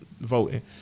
voting